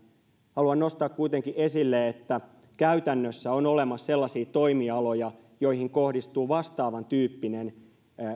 haluan nostaa kuitenkin esille että käytännössä on olemassa sellaisia toimialoja joihin kohdistuu vastaavan tyyppinen